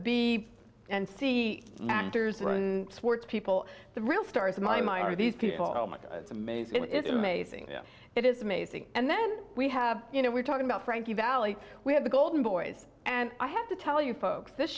room sportspeople the real stars of my my are these people oh my god it's amazing it's amazing it is amazing and then we have you know we're talking about frankie valli we have the golden boys and i have to tell you folks this